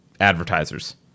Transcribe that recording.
advertisers